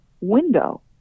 window